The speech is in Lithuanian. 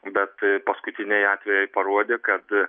bet paskutiniai atvejai parodė kad